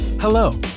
Hello